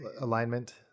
alignment